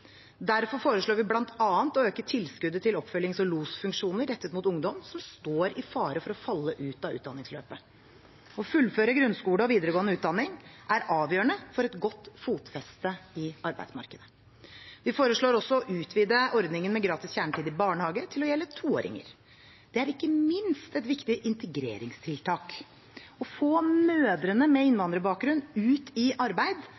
Derfor foreslår vi bl.a. å øke tilskuddet til oppfølgings- og losfunksjoner rettet mot ungdom som står i fare for å falle ut av utdanningsløpet. Å fullføre grunnskole og videregående utdanning er avgjørende for et godt fotfeste i arbeidsmarkedet. Vi foreslår også å utvide ordningen med gratis kjernetid i barnehage til å gjelde toåringer. Det er ikke minst et viktig integreringstiltak. Å få mødrene med innvandrerbakgrunn ut i arbeid,